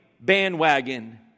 bandwagon